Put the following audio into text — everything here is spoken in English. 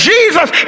Jesus